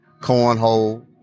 cornhole